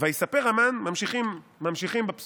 "ויספר המן" ממשיכים בפסוקים,